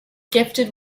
gifted